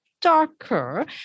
darker